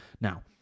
now